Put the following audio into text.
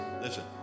listen